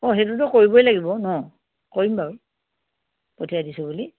অঁ সেইটোতো কৰিবই লাগিব নহ্ কৰিম বাৰু পঠিয়াই দিছোঁ বুলি